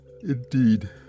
Indeed